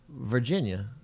Virginia